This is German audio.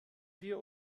wir